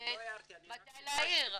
כנסת --- אני לא הערתי,